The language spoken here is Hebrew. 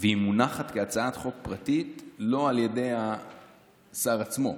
והיא מונחת כהצעת חוק פרטית לא על ידי השר עצמו.